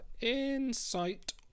insight